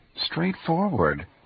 Straightforward